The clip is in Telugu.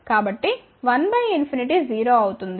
కాబట్టి1 బై ఇన్ఫినిటీ 0 అవుతుంది